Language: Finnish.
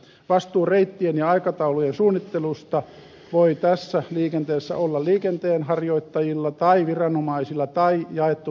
vastuu reittien ja aikataulujen suunnittelusta voi tässä liikenteessä olla liikenteenharjoittajilla tai viranomaisilla tai jaettu niiden kesken